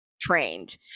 trained